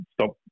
stop